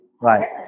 Right